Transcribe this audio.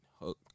hook